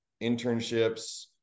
internships